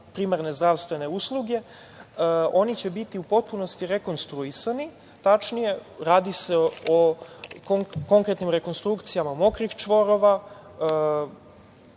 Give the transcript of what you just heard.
primarne zdravstvene usluge, oni će biti u potpunosti rekonstruisani. Tačnije, radi se o konkretnim rekonstrukcijama mokrih čvorova,